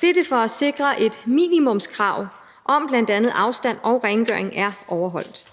dette for at sikre, at minimumskrav om bl.a. afstand og rengøring er overholdt.